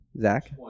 Zach